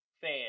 Fan